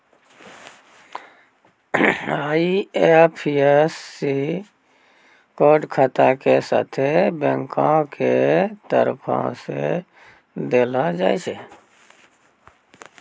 IFSC code खाता के साथे बैंको के तरफो से देलो जाय छै